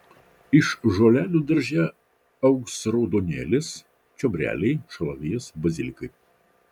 iš žolelių darže augs raudonėlis čiobreliai šalavijas bazilikai